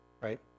right